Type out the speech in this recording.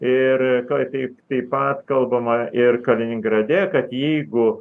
ir ką taip taip pat kalbama ir kaliningrade kad jeigu